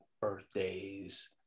birthdays